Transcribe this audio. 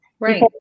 Right